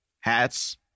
hats